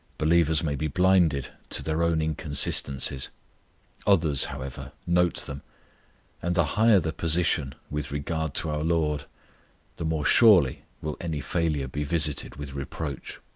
believers may be blinded to their own inconsistencies others, however, note them and the higher the position with regard to our lord the more surely will any failure be visited with reproach.